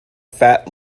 fat